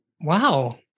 wow